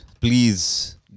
please